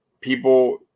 people